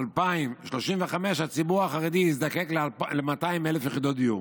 2035 הציבור החרדי יזדקק ל-200,000 יחידות דיור.